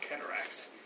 cataracts